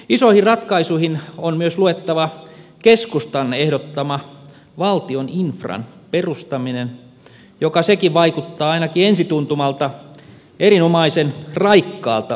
isoihin ratkaisuihin on myös luettava keskustan ehdottama valtion infran perustaminen joka sekin vaikuttaa ainakin ensituntumalta erinomaisen raikkaalta ajatukselta